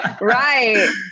right